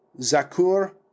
Zakur